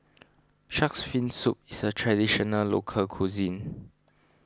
Shark's Fin Soup is a Traditional Local Cuisine